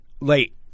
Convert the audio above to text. late